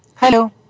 Hello